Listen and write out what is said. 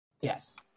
Yes